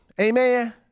amen